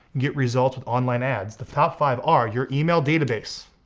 get results with online ads. the top five are your email database,